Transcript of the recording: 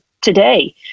today